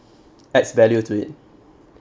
adds value to it